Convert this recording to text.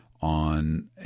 On